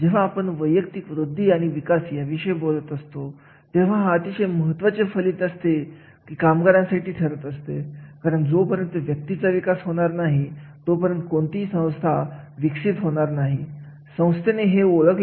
जेव्हा आपण समानतेविषयी बोलतो तेव्हा नैसर्गिक रित्या जे चांगली कामगिरी करतात त्यांना चांगले वेतन असते